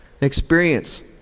Experience